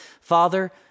Father